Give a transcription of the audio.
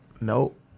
Nope